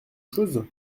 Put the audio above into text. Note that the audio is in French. chose